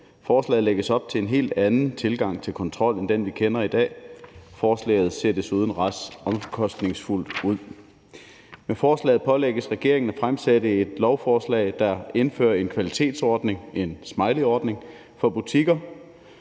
forslaget lægges op til en helt anden tilgang til kontrol end den, vi kender i dag. Forslaget ser desuden ret omkostningsfuldt ud. Med forslaget pålægges regeringen at fremsætte et lovforslag, der indfører en kvalitetsordning, nemlig en smileyordning, for butikker.